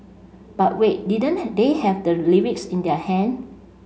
but wait didn't they have the lyrics in their hand